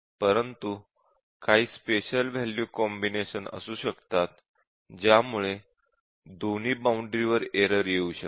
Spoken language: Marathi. परंतु काही स्पेशल वॅल्यू कॉम्बिनेशन असू शकतात ज्यामुळे दोन्ही बाउंडरी वर एरर येऊ शकते